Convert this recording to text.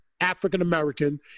African-American